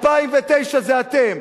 2009 זה אתם.